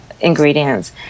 ingredients